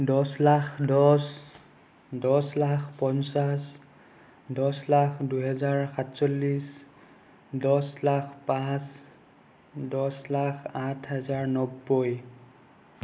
দহ লাখ দহ দহ লাখ পঞ্চাছ দহ লাখ দুহেজাৰ সাতচল্লিছ দহ লাখ পাঁচ দহ লাখ আঠ হাজাৰ নব্বৈ